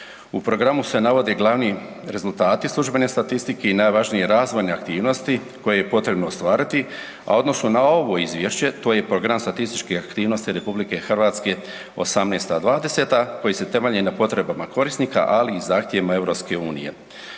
U programu se navode glavni rezultati služene statistike i najvažnije razvojne aktivnosti koje je potrebno ostvariti, a u odnosu na ovo izvješće to je Program statističkih aktivnosti RH '18.-'20. koji se temelji na potrebama korisnika ali i zahtjevima EU.